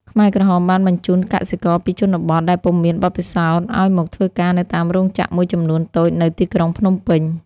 ខ្មែរក្រហមបានបញ្ជូនកសិករពីជនបទ ដែលពុំមានបទពិសោធន៍ឱ្យមកធ្វើការនៅតាមរោងចក្រមួយចំនួនតូចនៅទីក្រុងភ្នំពេញ ។